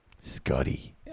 Scotty